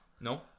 No